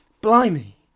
Blimey